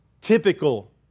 typical